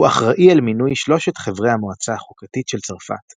הוא אחראי על מינוי שלושת חברי המועצה החוקתית של צרפת,